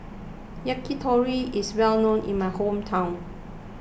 Yakitori is well known in my hometown